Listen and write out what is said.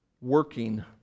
working